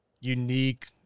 unique